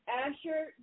Asher